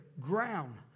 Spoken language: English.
ground